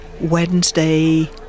Wednesday